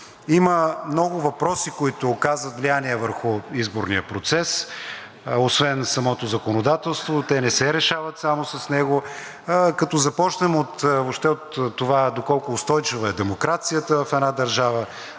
Има много въпроси, които оказват влияние върху изборния процес, освен самото законодателство, те не се решават само с него, като започнем въобще от това доколко устойчива е демокрацията в една държава,